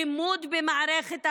לימוד במערכת החינוך,